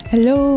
Hello